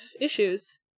issues